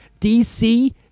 DC